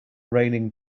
raining